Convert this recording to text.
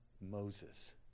Moses